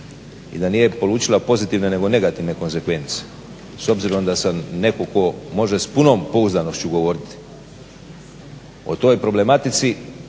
i da nije polučila pozitivne nego negativne konsekvence. S obzirom da sam netko tko može s punom pouzdanošću govoriti o toj problematici,